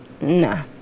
nah